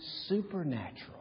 supernatural